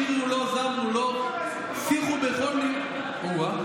שירו לו זמרו לו שיחו בכל נפלאותיו.